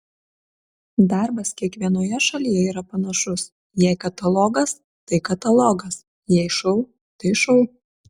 darbas kiekvienoje šalyje yra panašus jei katalogas tai katalogas jei šou tai šou